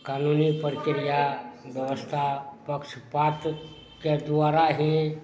कानूनी परक्रिआ ब्यवस्था पक्षपात के दुआरा ही